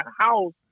house